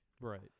right